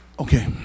Okay